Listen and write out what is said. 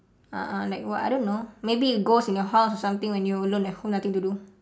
uh like what I don't know maybe ghost in your house or something when you alone at home nothing to do